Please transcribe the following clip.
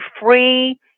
free